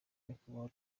nyakubahwa